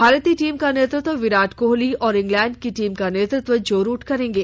भारतीय टीम का नेतृत्व विराट कोहली और इंग्लैंड की टीम का नेतृत्व जो रूट करेंगे